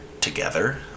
together